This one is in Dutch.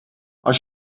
als